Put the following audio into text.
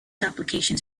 applications